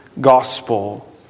gospel